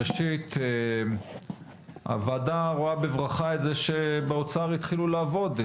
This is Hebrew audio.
ראשית הוועדה רואה בברכה את זה שבאוצר התחילו לעבוד,